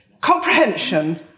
comprehension